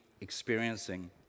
experiencing